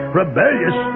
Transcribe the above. rebellious